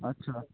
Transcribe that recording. আচ্ছা